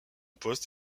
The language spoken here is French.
poste